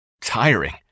tiring